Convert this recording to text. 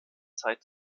zeit